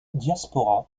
diaspora